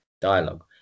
dialogue